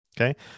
Okay